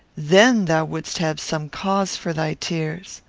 then thou wouldst have some cause for thy tears.